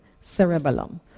cerebellum